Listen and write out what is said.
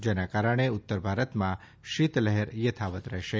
જેના કારણે ઉત્તર ભારતમાં શીતલહેર યથાવત્ રહેશે